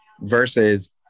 versus